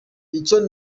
icyo